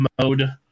mode